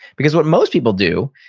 because what most people do,